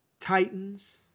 Titans